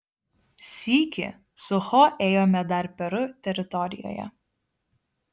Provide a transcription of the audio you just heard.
sykį su cho ėjome dar peru teritorijoje